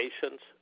patients